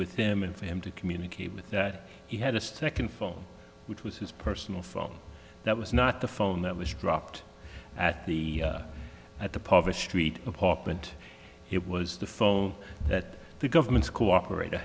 with them and for him to communicate with that he had a second phone which was his personal phone that was not the phone that was dropped at the at the poverty street apartment it was the phone that the government's cooperat